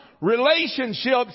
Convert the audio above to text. relationships